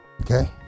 Okay